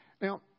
Now